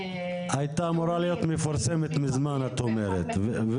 הייתה אמורה להיות מפורסמת מזמן את אומרת,